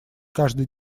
каждый